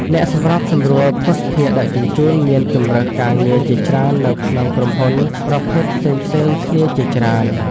អ្នកសម្របសម្រួលភស្តុភារដឹកជញ្ជូនមានជម្រើសការងារជាច្រើននៅក្នុងក្រុមហ៊ុនប្រភេទផ្សេងៗគ្នាជាច្រើន។